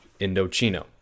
Indochino